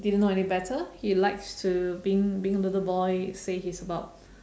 didn't know any better he likes to being being little boy say he's about